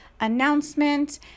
announcement